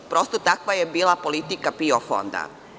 Prosto, takva je bila politika PIO fonda.